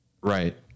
Right